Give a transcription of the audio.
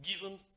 given